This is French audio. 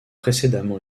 précédemment